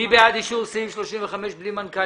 מי בעד אישור סעיף 35 בלי מנכ"ל?